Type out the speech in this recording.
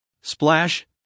splash